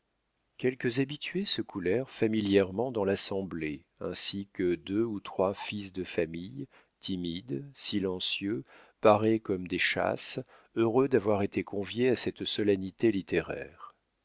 quelques habitués se coulèrent familièrement dans l'assemblée ainsi que deux ou trois fils de famille timides silencieux parés comme des châsses heureux d'avoir été conviés à cette solennité littéraire